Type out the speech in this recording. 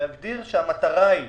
להגדיר שהמטרה היא